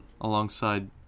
Alongside